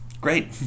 great